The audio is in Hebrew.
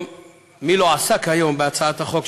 הוכה על-ידי חילוני, הצעה לסדר-היום מס'